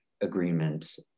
agreements